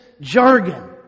jargon